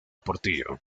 portillo